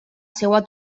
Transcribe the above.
seua